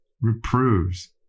reproves